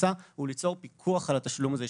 המוצא הוא ליצור פיקוח על התשלום הזה.